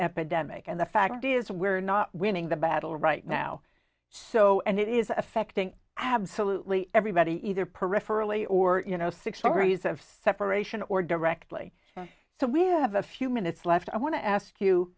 epidemic and the fact is we're not winning the battle right now so and it is affecting absolutely everybody either peripherally or you know six degrees of separation or directly so we have a few minutes left i want to ask you